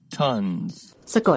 Tons